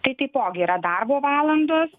tai taipogi yra darbo valandos